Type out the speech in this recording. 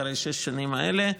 אחרי שש השנים האלה,